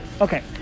Okay